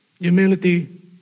humility